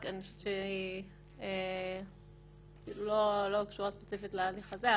רק אני חושבת שהיא לא קשורה ספציפית להליך הזה,